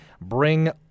bring